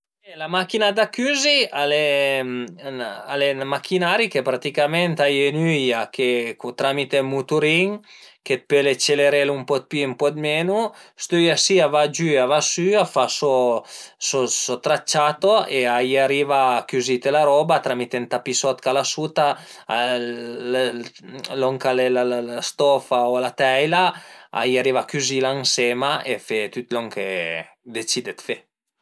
La machin-a da cüzi al e al e ën machinari che praticament a ie ün üia che tramite ën muturin che pöle celerelu ën po dë pi o ën po dë menu, st'üia si a va giü, a va sü, a fa so tracciato e a i ariva a cüzite la roba tramite ën tapisot ch'al a suta lon ch'al e la stofa o la teila, a i ariva a cüzila ënsema e fe tüt lon che decide dë fe